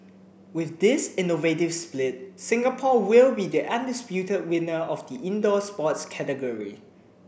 with this innovative split Singapore will be the undisputed winner of the indoor sports category